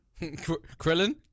Krillin